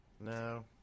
no